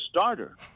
starter